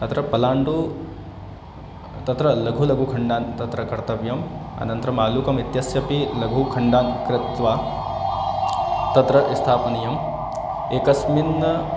अत्र पलाण्डुः तत्र लघुलघु खण्डान् तत्र कर्तव्यम् अनन्तरम् आलुकमित्यस्यापि लघु खण्डान् कृत्वा तत्र स्थापनीयम् एकस्मिन्